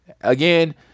Again